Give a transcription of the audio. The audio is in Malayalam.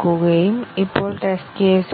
കവറേജ് ബ്രാഞ്ച് ഡിസിഷൻ കവറേജ് എന്നിവയേക്കാൾ ശക്തമാണ്